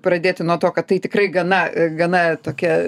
pradėti nuo to kad tai tikrai gana gana tokia